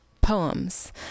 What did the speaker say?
poems